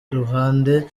ruhande